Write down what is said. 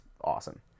awesome